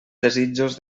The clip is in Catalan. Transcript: desitjos